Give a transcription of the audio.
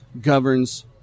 governs